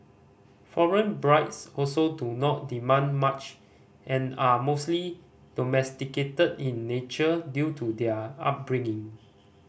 foreign brides also do not demand much and are mostly domesticated in nature due to their upbringing